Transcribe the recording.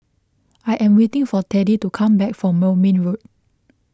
I am waiting for Teddie to come back from Moulmein Road